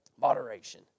Moderation